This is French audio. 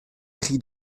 cri